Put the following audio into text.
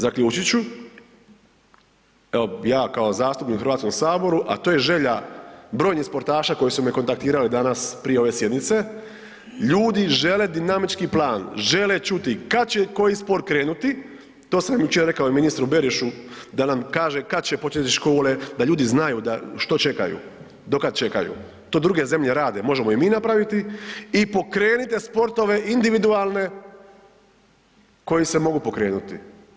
Zaključit ću, evo ja kao zastupnik u HS, a to je želja brojnih sportaša koji su me kontaktirali danas prije ove sjednice, ljudi žele dinamički plan, žele čuti kad će koji sport krenuti, to sam jučer rekao i ministru Berošu da nam kaže kad će početi škole da ljudi znaju da što čekaju, do kad čekaju, to druge zemlje rade, možemo i mi napraviti i pokrenite sportove individualne koji se mogu pokrenuti.